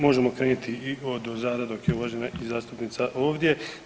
Možemo krenuti i odozada dok je i uvažena zastupnica ovdje.